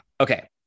okay